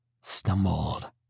Stumbled